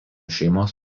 šeimos